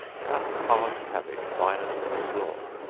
cut hard cabbage fine as for slaw,